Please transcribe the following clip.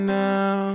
now